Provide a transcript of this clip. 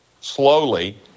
Slowly